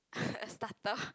a starter